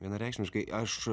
vienareikšmiškai aš